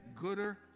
Gooder